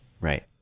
Right